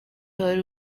hari